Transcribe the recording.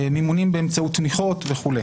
מימונים באמצעות תמיכות וכו'.